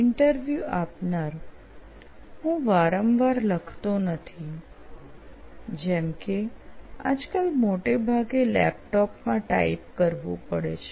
interview આપનાર હું વારંવાર લખતો નથી જેમ કે આજકાલ મોટેભાગે લેપટોપ માં ટાઇપ કરવું પડે છે